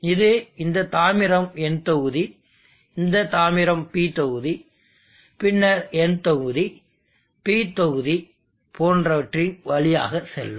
இது இந்த தாமிரம் N தொகுதி இந்த தாமிரம் B தொகுதி பின்னர் N தொகுதி B தொகுதி போன்றவற்றின் வழியாகச் செல்லும்